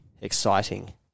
exciting